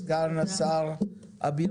סגן השר אביר